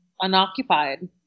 unoccupied